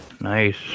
Nice